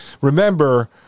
remember